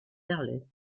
verlet